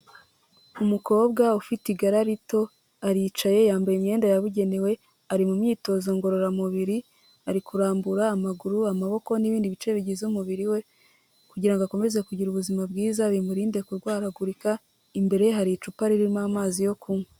Umukobwa ufite igara rito, aricaye yambaye imyenda yabugenewe, ari mu myitozo ngororamubiri ari kurambura amaguru, amaboko n'ibindi bice bigize umubiri we kugira ngo akomeze kugira ubuzima bwiza bimurinde kurwaragurika. imbere ye hari icupa ririmo amazi yo kunywa.